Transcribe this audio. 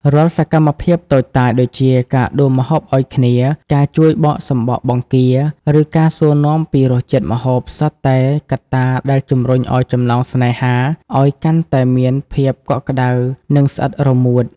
រាល់សកម្មភាពតូចតាចដូចជា ការដួសម្ហូបឱ្យគ្នា ការជួយបកសំបកបង្គា ឬការសួរនាំពីរសជាតិម្ហូប សុទ្ធតែកត្តាដែលជម្រុញឱ្យចំណងស្នេហាឱ្យកាន់តែមានភាពកក់ក្ដៅ និងស្អិតរមួត។